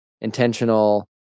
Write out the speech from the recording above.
intentional